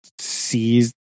sees